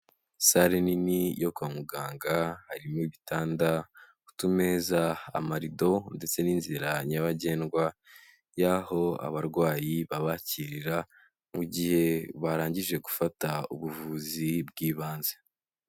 Sale nini yo kwa muganga harimo ibitanda, utumeza, amarido ndetse n'inzira nyabagendwa y'aho abarwayi babakirira, mu gihe barangije gufata ubuvuzi bw'ibanze.